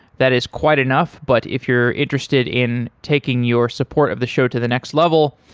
that is quite enough, but if you're interested in taking your support of the show to the next level,